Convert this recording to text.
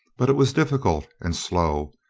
but it was difficult and slow,